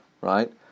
right